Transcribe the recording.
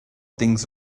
things